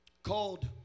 Called